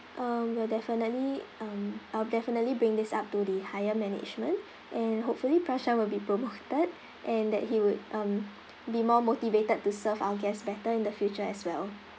um we'll definitely um I'll definitely bring this up to the higher management and hopefully prashan will be promoted and that he would um be more motivated to serve our guests better in the future as well